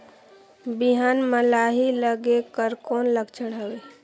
बिहान म लाही लगेक कर कौन लक्षण हवे?